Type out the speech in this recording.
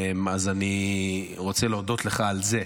אז אני רוצה להודות לך על זה.